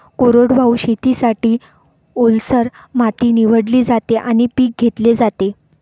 कोरडवाहू शेतीसाठी, ओलसर माती निवडली जाते आणि पीक घेतले जाते